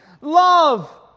Love